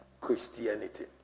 Christianity